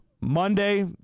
Monday